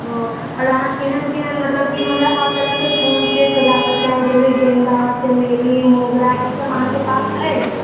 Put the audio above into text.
ओ आओर अहाँ केहन केहन मतलब कि हमरा कि हर तरहके फूलके सजावट चाही जइसे गेन्दा चमेली मोगरा ईसब अहाँके पास अइ